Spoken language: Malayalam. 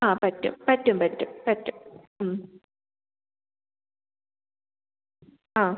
ആ പറ്റും പറ്റും പറ്റും പറ്റും ആ